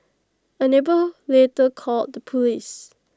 A neighbour later called the Police